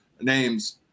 names